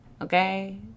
okay